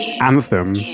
anthem